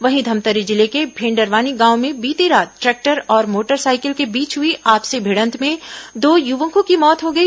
वहीं धमतरी जिले के भेंडरवानी गांव में बीती रात ट्रैक्टर और मोटरसाइकिल के बीच हई आपसी भिडंत में दो युवकों की मौत हो गई